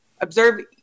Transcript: observe